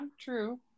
true